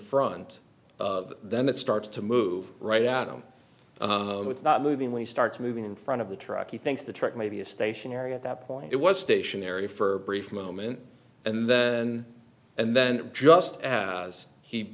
front of then it starts to move right out and it's not moving when he starts moving in front of the truck he thinks the truck may be a stationary at that point it was stationary for a brief moment and then and then just as he